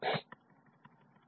2Y0 B'A'